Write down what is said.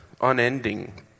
unending